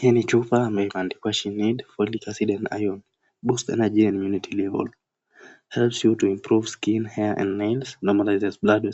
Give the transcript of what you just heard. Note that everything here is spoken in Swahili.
Hii ni chupa ameiandikwa she need folic acid and iron . Boosts energy and immunity level . Helps you to improve skin, hair and nails, normalizes blood